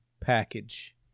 package